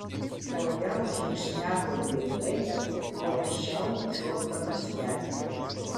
toliau žingsniavo lėtai kruopščiau čiuopdamas kelią